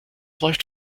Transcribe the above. läuft